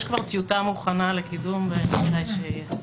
יש כבר טיוטה מוכנה לקידום במקרה שיהיה.